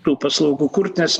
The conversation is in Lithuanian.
tų paslaugų kurt nes